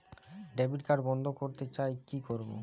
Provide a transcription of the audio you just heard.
Debit card বন্ধ করতে চাই কি করব?